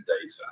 data